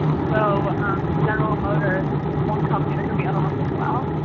so um general motors is one company, there could be other ones as well,